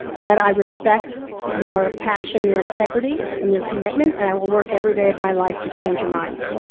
but i respect your passion, your integrity, and your commitment and i will work every day of my life to change your minds.